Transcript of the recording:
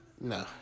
No